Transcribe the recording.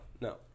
no